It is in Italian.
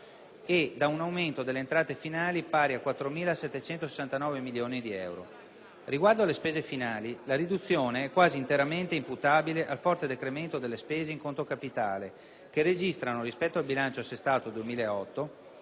e da un aumento delle entrate finali pari a 4.769 milioni di euro. Riguardo alle spese finali, la riduzione è quasi interamente imputabile al forte decremento delle spese in conto capitale, che registrano, rispetto al bilancio assestato 2008,